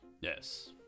Yes